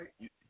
right